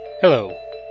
Hello